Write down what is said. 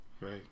Right